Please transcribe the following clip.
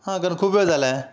हां कारण खूप वेळ झाला आहे